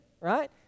right